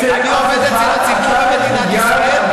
אני עובד אצל הציבור במדינת ישראל,